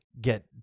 get